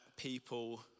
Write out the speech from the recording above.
people